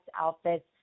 outfits